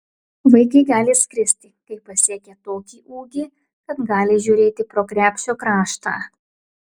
vaikai gali skristi kai pasiekia tokį ūgį kad gali žiūrėti pro krepšio kraštą